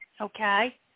okay